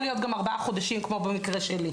להיות גם ארבעה חודשים כמו במקרה שלי.